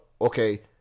okay